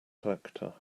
collector